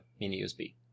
mini-USB